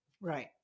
Right